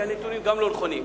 כי הנתונים גם לא נכונים.